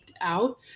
out